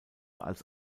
als